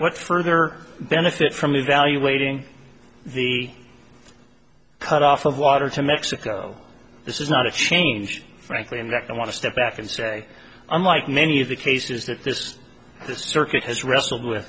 what further benefit from evaluating the cut off of water to mexico this is not a change frankly and reckon i want to step back and say unlike many of the cases that this this circuit has wrestled with